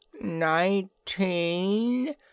Nineteen